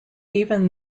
even